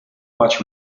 much